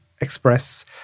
express